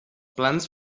plans